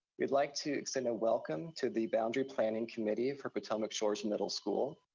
we'd like to extend a welcome to the boundary planning committee for potomac shores middle school.